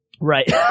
Right